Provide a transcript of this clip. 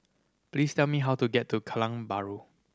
please tell me how to get to Kallang Bahru